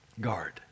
guard